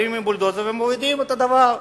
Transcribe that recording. באים עם בולדוזרים ומורידים את הדבר שבנו.